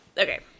Okay